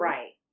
Right